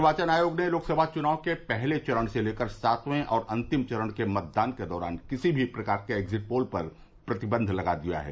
निर्वाचन आयोग ने लोकसभा चुनाव के पहले चरण से लेकर सातवें और अन्तिम चरण के मतदान के दौरान किसीभी प्रकार के एग्जिट पोल पर प्रतिबंध लगा दिया है